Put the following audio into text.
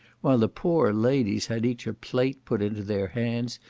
while the poor ladies had each a plate put into their hands,